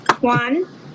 One